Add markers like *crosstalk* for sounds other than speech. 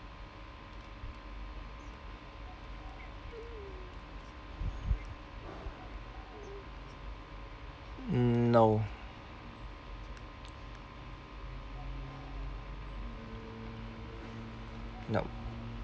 mm no *breath* no